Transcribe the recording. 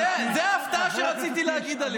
זו ההפתעה שרציתי להגיד עליה.